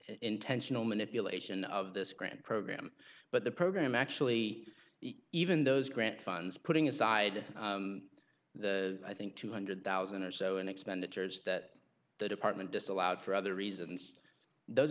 intentional manipulation of this grant program but the program actually eat even those grant funds putting aside the i think two hundred thousand or so in expenditures that the department disallowed for other reasons those